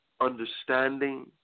understanding